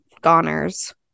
goners